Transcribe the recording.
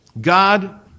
God